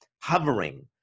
hovering